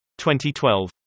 2012